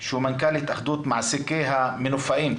שהוא מנכ"ל התאחדות מעסיקי המנופאים.